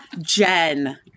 Jen